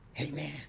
Amen